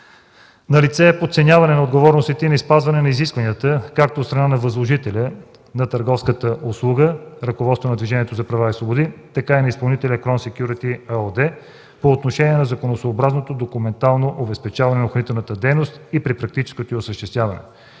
Налице е подценяване на отговорностите и неспазване на изискванията както от страна на възложителя на търговската услуга – ръководството на Движението за права и свободи, така и на изпълнителят – „Крон Секюрити” ЕООД, по отношение на законосъобразното документално обезпечаване на охранителната дейност и при практическото й осъществяване.